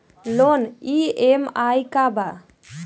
Loan EMI का बा?